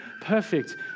perfect